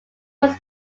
was